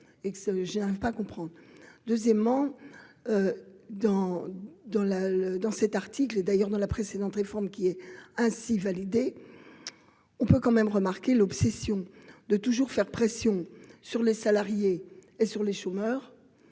ça, j'ai même pas comprendre, deuxièmement dans dans le le dans cet article, et d'ailleurs dans la précédente réforme qui est ainsi validée, on peut quand même remarquer l'obsession de toujours faire pression sur les salariés et sur les chômeurs,